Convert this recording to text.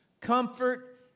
comfort